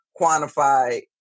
quantify